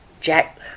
Jack